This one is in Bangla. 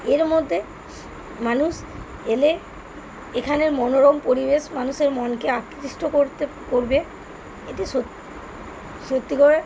এর মধ্যে মানুষ এলে এখানের মনোরম পরিবেশ মানুষের মনকে আকৃষ্ট করতে করবে এটি স সত্যি করে